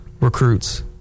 recruits